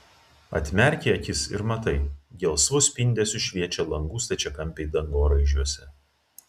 atmerki akis ir matai gelsvu spindesiu šviečia langų stačiakampiai dangoraižiuose